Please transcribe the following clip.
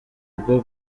ubwo